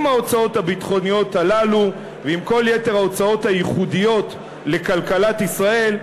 עם ההוצאות הביטחוניות הללו ועם כל יתר ההוצאות הייחודיות לכלכלת ישראל,